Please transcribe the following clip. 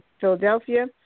Philadelphia